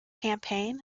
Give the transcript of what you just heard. campaign